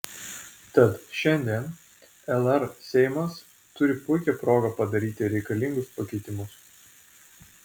tad šiandien lr seimas turi puikią progą padaryti reikalingus pakeitimus